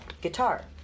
guitar